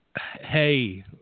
Hey